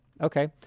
Okay